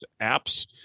apps